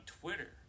Twitter